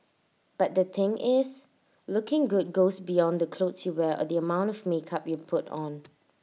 but the thing is looking good goes beyond the clothes you wear or the amount of makeup you put on